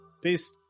Peace